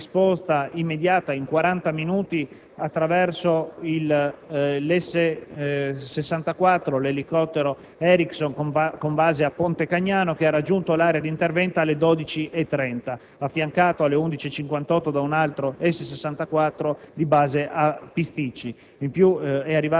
una risposta immediata, in 40 minuti, attraverso l'elicottero Erickson S-64 con base a Pontecagnano, che ha raggiunto l'area di intervento alle ore 12,30, affiancato alle ore 11,58 da un altro S-64 di base a Pisticci.